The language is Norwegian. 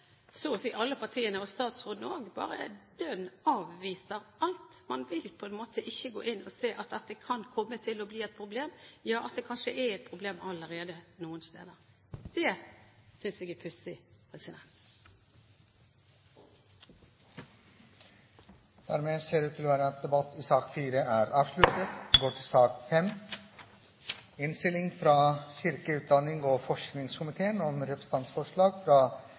så å si alle partiene, og statsråden også, bare dønn avviser alt. Man vil på en måte ikke gå inn og se at dette kan komme til å bli et problem, ja at det kanskje er et problem allerede noen steder. Det synes jeg er pussig. Flere har ikke bedt om ordet til sak nr. 4. Etter ønske fra kirke-, utdannings- og forskningskomiteen vil presidenten foreslå at taletiden begrenses til 40 minutter og